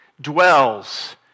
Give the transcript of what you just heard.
dwells